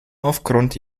aufgrund